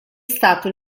stato